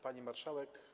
Pani Marszałek!